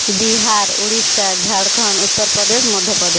Bihar Orissa Jharkhand Uttar Pradesh Madhya Pradesh